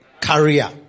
career